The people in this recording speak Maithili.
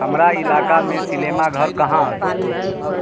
हमर इलाकामे सिलेमाघर कहाँ अइ